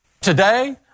today